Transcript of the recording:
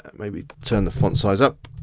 maybe turn the font size up.